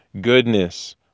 goodness